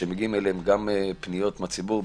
שמגיעות אליהם פניות מהציבור.